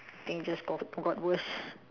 think just got got worse